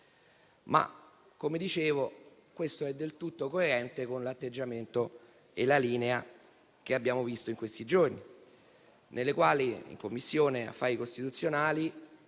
Come dicevo, però, ciò è del tutto coerente con l'atteggiamento e la linea che abbiamo visto in questi giorni, nei quali, in Commissione affari costituzionali,